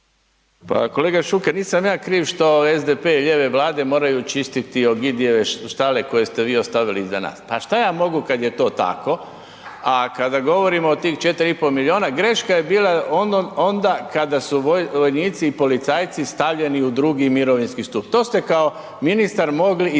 Pa kolega Šuker, nisam ja kriv što SDP i lijeve Vlade moraju čistiti .../Govornik se ne razumije./... štale koje ste vi ostavili iza nas, pa što ja mogu kada je to tako. A kada govorimo o tih 4,5 milijuna, greška je bila onda kada su vojnici i policajci stavljeni u 2. mirovinski stup, to ste kao ministar mogli ispraviti